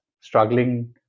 struggling